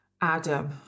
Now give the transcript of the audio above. Adam